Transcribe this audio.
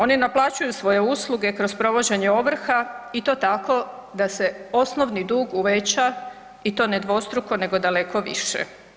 Oni naplaćuju svoje usluge kroz provođenje ovrha i to tako da se osnovni dug uveća i to ne dvostruko nego daleko više.